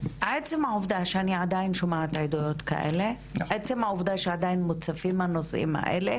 עצם העובדה שאני עדיין שומעת עדויות כאלה ושעדיין מוצפים הנושאים האלה